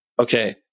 okay